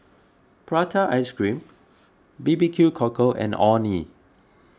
Prata Ice Cream B B Q Cockle and Orh Nee